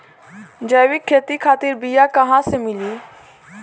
जैविक खेती खातिर बीया कहाँसे मिली?